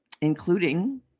including